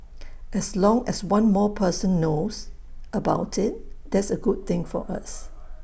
as long as one more person knows about IT that's A good thing for us